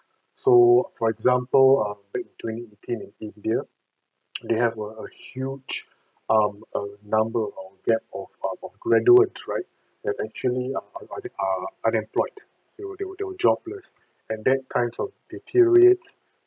so for example um back in twenty eighteen in india they have a huge um a number of gap of of graduates right that actually are are are unemployed they were they were they were jobless and that kind of deteriorates